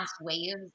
waves